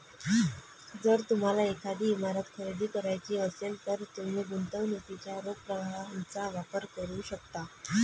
जर तुम्हाला एखादी इमारत खरेदी करायची असेल, तर तुम्ही गुंतवणुकीच्या रोख प्रवाहाचा वापर करू शकता